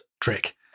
trick